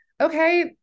okay